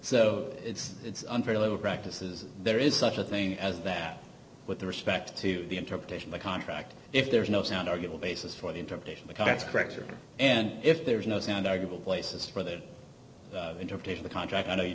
so it's it's unfair labor practices there is such a thing as that with respect to the interpretation by contract if there is no sound argument basis for the interpretation because that's correct and if there is no sound argument places for their interpretation the contract